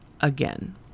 again